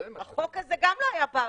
החוק הזה גם לא היה בעבר.